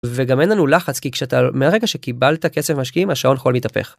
וגם אין לנו לחץ כי כשאתה, מהרגע שקיבלת כסף משקיעים השעון חול התהפך.